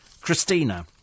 Christina